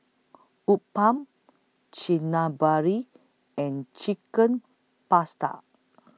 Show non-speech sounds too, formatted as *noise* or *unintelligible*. Uthapam *unintelligible* and Chicken Pasta